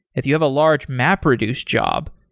if you have a large mapreduce job,